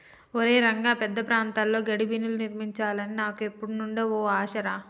ఒరై రంగ పెద్ద ప్రాంతాల్లో గడ్డిబీనులు నిర్మించాలి అని నాకు ఎప్పుడు నుండో ఓ ఆశ రా